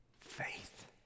faith